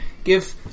give